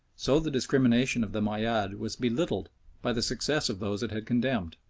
so the discrimination of the moayyad was belittled by the success of those it had condemned.